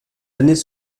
années